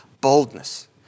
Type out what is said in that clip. boldness